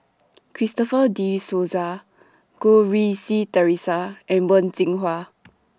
Christopher De Souza Goh Rui Si Theresa and Wen Jinhua